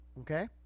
okay